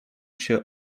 się